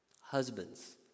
Husband's